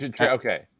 okay